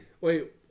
Wait